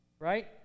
Right